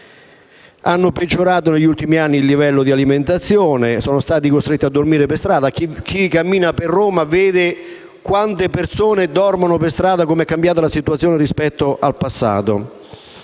Hanno peggiorato negli ultimi anni il livello di alimentazione; sono stati costretti a dormire per strada; chi cammina per Roma vede quante persone dormono per strada e com'è cambiata la situazione rispetto al passato.